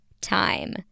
time